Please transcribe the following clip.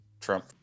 Trump